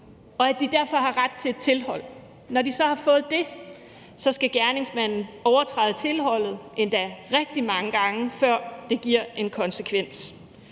at der bliver udstedt et tilhold. Når de så har opnået det, skal gerningsmanden overtræde tilholdet endda rigtig mange gange, før det giver en konsekvens.